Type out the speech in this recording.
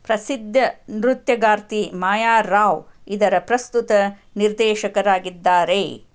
ಪ್ರಸಿದ್ಧ ನೃತ್ಯಗಾರ್ತಿ ಮಾಯಾ ರಾವ್ ಇದರ ಪ್ರಸ್ತುತ ನಿರ್ದೇಶಕರಾಗಿದ್ದಾರೆ